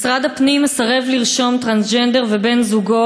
משרד הפנים מסרב לרשום טרנסג'נדר ובן-זוגו